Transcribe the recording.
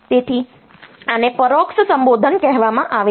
તેથી આને પરોક્ષ સંબોધન કહેવામાં આવે છે